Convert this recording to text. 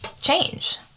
change